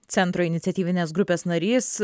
centro iniciatyvinės grupės narys